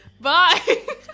Bye